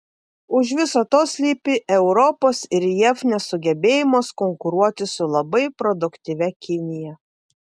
už viso to slypi europos ir jav nesugebėjimas konkuruoti su labai produktyvia kinija